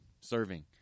serving